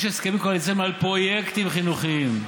יש הסכמים קואליציוניים על פרויקטים חינוכיים,